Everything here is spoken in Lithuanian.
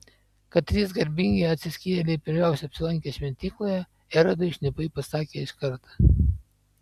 kad trys garbingi atsiskyrėliai pirmiausiai apsilankė šventykloje erodui šnipai pasakė iš karto